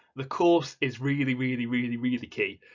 the course is really, really, really, really key.